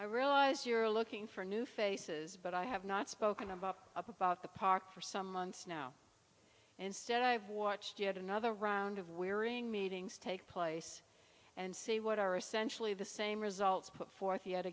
i realize you're looking for new faces but i have not spoken about about the park for some months now instead i've watched yet another round of wearying meetings take place and see what are essentially the same results put forth yet